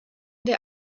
der